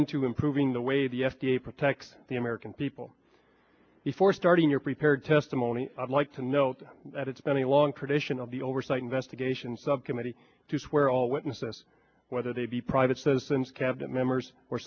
into improving the way the f d a protect the american people before starting your prepared testimony i'd like to note that it's been a long tradition of the oversight investigation subcommittee to swear all witnesses whether they be private citizens cabinet members or